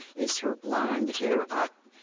is her blond hair up?